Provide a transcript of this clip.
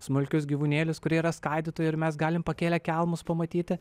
smulkius gyvūnėlius kurie yra skaidytojai ir mes galim pakėlę kelmus pamatyti